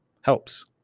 helps